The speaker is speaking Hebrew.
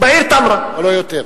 אבל לא יותר.